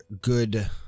good